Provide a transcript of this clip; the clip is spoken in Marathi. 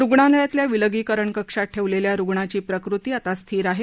रुग्णालयातल्या विलगीकरण कक्षात ठेवलेल्या रुग्णाची प्रकृती आता स्थिर आहे